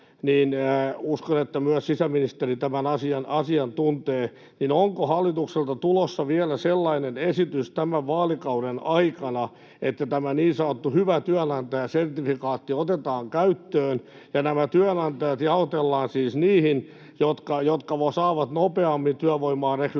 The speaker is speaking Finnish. ja uskon, että myös sisäministeri tämän asian tuntee: onko hallitukselta tulossa sellainen esitys vielä tämän vaalikauden aikana, että tämä niin sanottu hyvä työnantaja -sertifikaatti otetaan käyttöön ja työnantajat jaotellaan siis niihin, jotka saavat nopeammin työvoimaa rekrytoitua